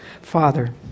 Father